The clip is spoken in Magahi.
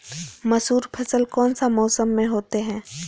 मसूर फसल कौन सा मौसम में होते हैं?